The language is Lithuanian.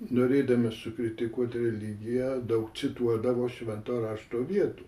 norėdami sukritikuoti religiją daug cituodavo švento rašto vietų